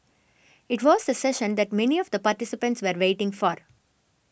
it was the session that many of the participants were waiting for